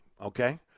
okay